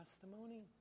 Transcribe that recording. testimony